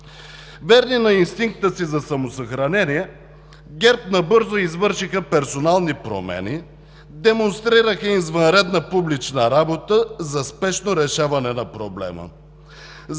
Верни на инстинкта си за самосъхранение, ГЕРБ набързо извършиха персонални промени, демонстрираха извънредна публична работа за спешно решаване на проблема,